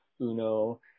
Uno